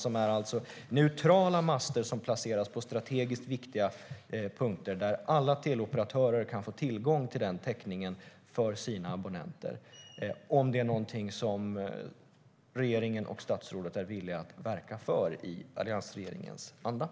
De är neutrala master som placeras på strategiskt viktiga punkter där alla teleoperatörer kan få tillgång till den täckningen för sina abonnenter. Är regeringen och statsrådet villiga att verka för detta i alliansregeringen anda?